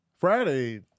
Friday